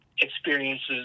experiences